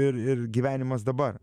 ir ir gyvenimas dabar